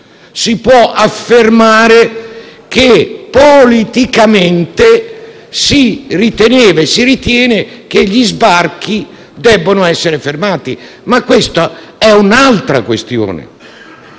Si può affermare che politicamente si riteneva e si ritiene che gli sbarchi debbano essere fermati, ma questa è un'altra questione.